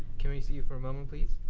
can we see you for a moment please?